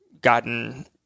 gotten